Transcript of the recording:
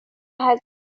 has